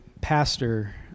pastor